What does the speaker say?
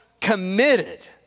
committed